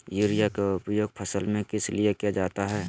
Urea के उपयोग फसल में किस लिए किया जाता है?